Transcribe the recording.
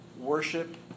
worship